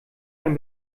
ein